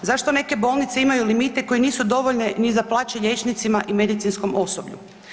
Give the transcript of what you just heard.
Zašto neke bolnice imaju limite koji nisu dovoljni ni za plaća liječnicima i medicinskom osoblju?